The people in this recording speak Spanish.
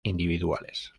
individuales